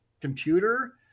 computer